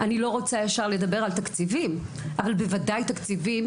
אני לא רוצה לדבר על תקציבים אבל בוודאי תקציבים